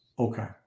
Okay